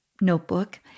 notebook